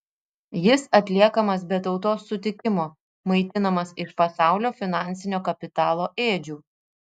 jis atliekamas be tautos sutikimo maitinamas iš pasaulio finansinio kapitalo ėdžių